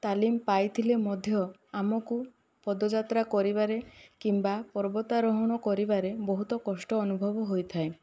ତାଲିମ ପାଇଥିଲେ ମଧ୍ୟ ଆମକୁ ପଦଯାତ୍ରା କରିବାରେ କିମ୍ବା ପର୍ବତ ଆରୋହଣ କରିବାରେ ବହୁତ କଷ୍ଟ ଅନୁଭବ ହୋଇଥାଏ